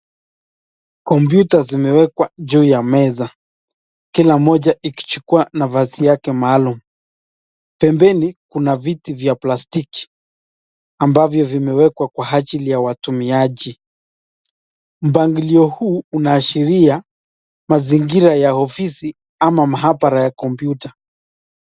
Kompyuta zimewekwa juu ya meza, kila moja ikichukua nafasi yake maalumu. Pembeni, kuna viti vya plastiki, ambavyo vimewekwa kwa ajili ya watumiaji. Mpangilio huu unaashiria mazingira ya ofisi ama maabara ya kompyuta.